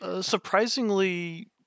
surprisingly